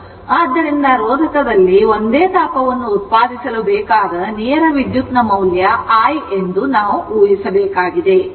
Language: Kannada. ಆದ್ದರಿಂದ ರೋಧಕದಲ್ಲಿ ಒಂದೇ ತಾಪವನ್ನು ಉತ್ಪಾದಿಸಲು ಬೇಕಾದ ನೇರ ಪ್ರವಾಹದ ಮೌಲ್ಯ I ಎಂದು ನಾವು ಊಹಿಸಬೇಕಾಗಿದೆ